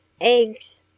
Eggs